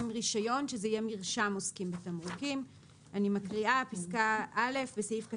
"רישיון" שזה יהיה "מרשם העוסקים בתמרוקים".